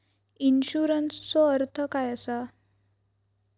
इन्शुरन्सचो अर्थ काय असा?